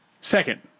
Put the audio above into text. Second